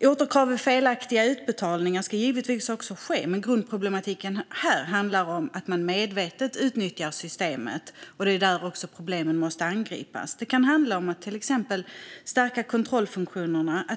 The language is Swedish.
Återkrav vid felaktiga utbetalningar ska givetvis ske, men grundproblematiken handlar om att man medvetet utnyttjar systemet. Det är också där man måste angripa problemen. Det kan till exempel handla om att stärka kontrollfunktionerna.